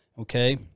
Okay